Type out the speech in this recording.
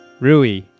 Rui